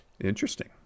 Interesting